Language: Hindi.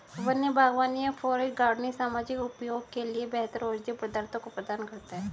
वन्य बागवानी या फॉरेस्ट गार्डनिंग सामाजिक उपयोग के लिए बेहतर औषधीय पदार्थों को प्रदान करता है